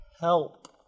Help